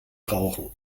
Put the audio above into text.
rauchen